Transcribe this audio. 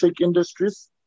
Industries